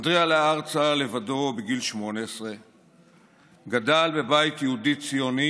אנדרי עלה ארצה לבדו בגיל 18. הוא גדל בבית יהודי-ציוני